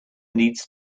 needs